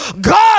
God